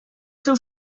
seu